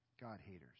God-haters